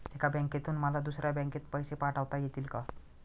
एका बँकेतून मला दुसऱ्या बँकेत पैसे पाठवता येतील का?